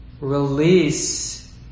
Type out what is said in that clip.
release